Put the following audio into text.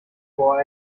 boah